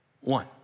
one